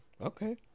okay